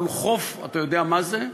"הוולקחש"פ" אתה יודע מה זה?